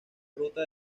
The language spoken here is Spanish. ruta